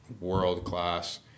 world-class